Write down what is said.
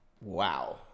Wow